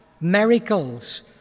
miracles